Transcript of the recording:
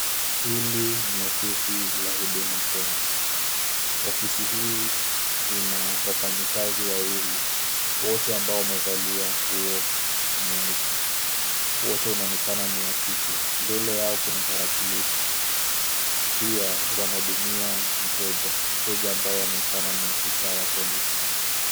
Hili ni ofisi la Huduma Kenya. Ofisi hii ina wafanyikazi wawili, wote ambao wamevalia nguo nyeupe. Wote wanaonekana ni wa kike. Mbele yao kuna tarakilishi. Pia wanahudumia mteja, mteja ambayo aonekana ni afisa wa polisi.